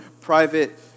private